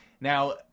Now